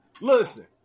Listen